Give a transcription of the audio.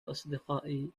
أصدقائي